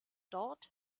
dort